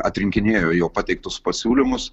atrinkinėjo jau pateiktus pasiūlymus